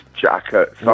jacket